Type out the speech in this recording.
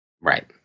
Right